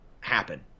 happen